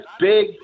big